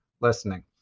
listening